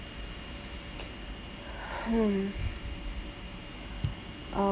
hmm